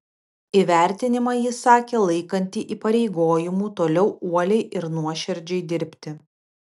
įvertinimą ji sakė laikanti įpareigojimu toliau uoliai ir nuoširdžiai dirbti